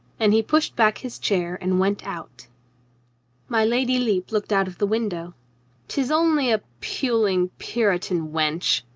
and he pushed back his chair and went out my lady lepe looked out of the window tis only a puling puritan wench,